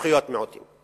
לזכויות מיעוטים.